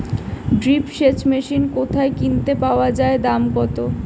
Drip সেচ machine কোথায় কিনতে পাওয়া যায় দাম কত?